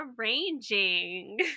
arranging